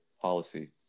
policy